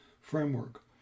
framework